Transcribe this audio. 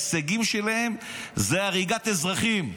ההישגים שלהם הם הריגת אזרחים.